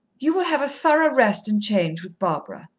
you will have a thorough rest and change with barbara,